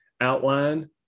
outline